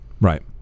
right